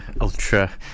ultra